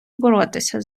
боротися